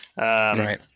Right